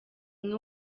umwe